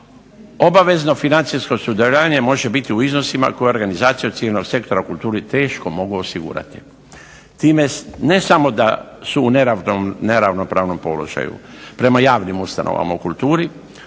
obavezno financijsko sudjelovanje može biti u iznosima koje organizacija civilnog sektora u kulturi teško mogu osigurati. Time ne samo da su u neravnopravnom položaju prema javnim ustanovama u kulturi